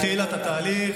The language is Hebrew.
היא התחילה את התהליך,